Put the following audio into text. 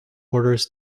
orders